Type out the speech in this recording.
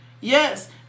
Yes